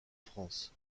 france